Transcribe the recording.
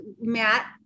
Matt